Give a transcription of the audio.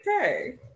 Okay